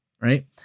Right